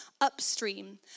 upstream